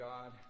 God